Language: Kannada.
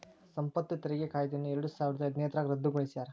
ಸಂಪತ್ತು ತೆರಿಗೆ ಕಾಯ್ದೆಯನ್ನ ಎರಡಸಾವಿರದ ಹದಿನೈದ್ರಾಗ ರದ್ದುಗೊಳಿಸ್ಯಾರ